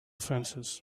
fences